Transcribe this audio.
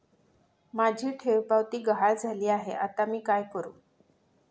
माझी ठेवपावती गहाळ झाली आहे, आता मी काय करु?